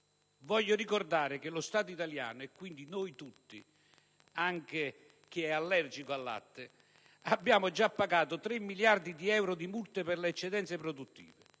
Voglio ricordare che lo Stato italiano e quindi noi tutti, anche chi è allergico al latte, ha già pagato tre miliardi di euro di multe per le eccedenze produttive.